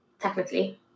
technically